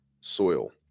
soil